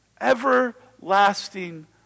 Everlasting